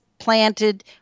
planted